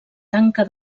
tanca